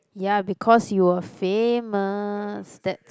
ya because you were famous that's